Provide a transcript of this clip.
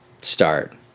start